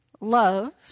love